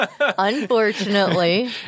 unfortunately